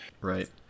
Right